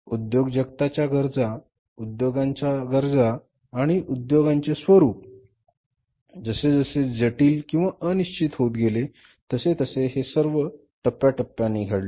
उध्योगजगताच्या गरजा उद्योगांच्या गरजा आणि उद्योगांचे स्वरूप जसे जसे जटील किंवा अनिश्चित होत गेले तस तसे हे सर्व टप्प्याटप्प्याने घडले